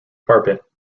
carpet